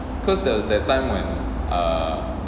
because there was that time when err